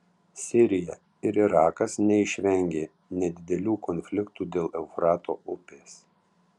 sirija ir irakas neišvengė nedidelių konfliktų dėl eufrato upės